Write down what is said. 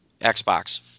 Xbox